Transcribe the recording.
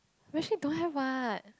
really don't have what